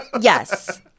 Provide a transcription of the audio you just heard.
Yes